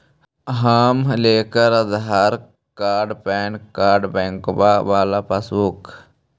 हम लेकर Aadhaar card PAN card बैंकवा वाला पासबुक?